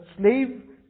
slave